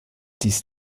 dies